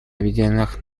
объединенных